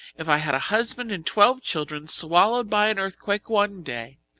if i had a husband and twelve children swallowed by an earthquake one day,